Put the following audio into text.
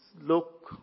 look